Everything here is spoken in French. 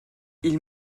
ils